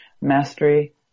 mastery